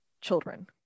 children